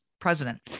president